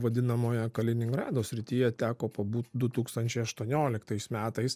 vadinamoje kaliningrado srityje teko pabūt du tūkstančiai aštuonioliktais metais